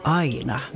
aina